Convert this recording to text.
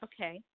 Okay